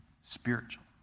spiritual